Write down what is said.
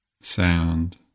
sound